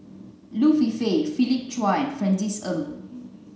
Liu Philip Chia and Francis Ng